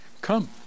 Come